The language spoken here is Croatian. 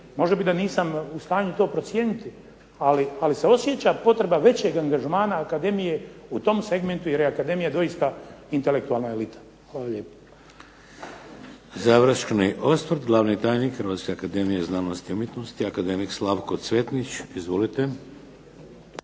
može biti da nisam u stanju to procijeniti, ali se osjeća potreba većeg angažmana akademije u tom segmentu jer je akademija doista intelektualna elita. Hvala lijepa. **Šeks, Vladimir (HDZ)** Završni osvrt, glavni tajnik Hrvatske akademije znanosti i umjetnosti akademik Slavko Cvetnić. Izvolite.